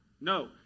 No